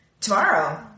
Tomorrow